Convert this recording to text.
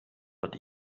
wird